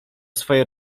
swojej